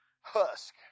husk